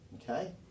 okay